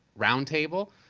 roundtable